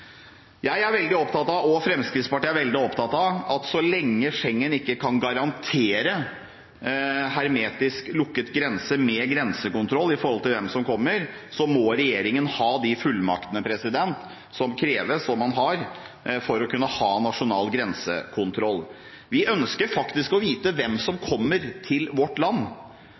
Jeg og Fremskrittspartiet er veldig opptatt av at så lenge Schengen ikke kan garantere hermetisk lukket grense, med grensekontroll av hvem som kommer, må regjeringen ha de fullmaktene som kreves, og som man har, for å kunne ha nasjonal grensekontroll. Vi ønsker faktisk å vite hvem som kommer til vårt land.